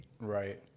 right